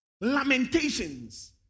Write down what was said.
Lamentations